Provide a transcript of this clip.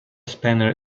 spanner